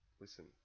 listen